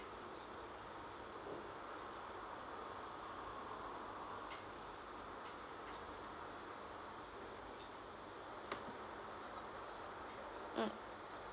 mm